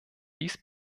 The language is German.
dies